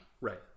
right